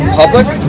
public